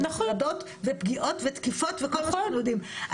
הטרדות ופגיעות ותקיפות וכל מה שאנחנו יודעים,